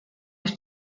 ich